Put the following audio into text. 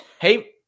Hey